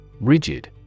Rigid